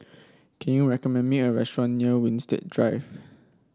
can you recommend me a restaurant near Winstedt Drive